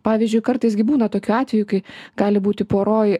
pavyzdžiui kartais gi būna tokių atvejų kai gali būti poroj